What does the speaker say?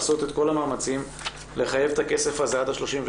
ולהגיד לוועדה באופן ברור שאלה חמשת המרכזים שלשם זה